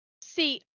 See